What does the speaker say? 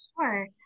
Sure